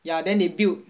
ya then they built